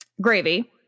gravy